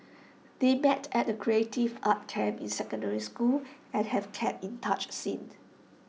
they met at A creative arts camp in secondary school and have kept in touch since